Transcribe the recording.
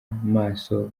maso